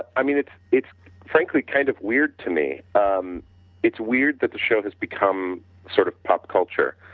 i mean it's frankly kind of weird to me. um it's weird that the show has become sort of pop culture.